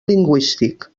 lingüístic